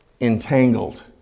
entangled